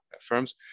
firms